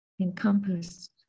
encompassed